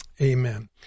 Amen